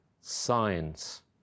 science